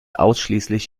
ausschließlich